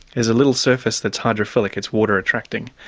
there's a little surface that's hydrophilic, it's water-attracting,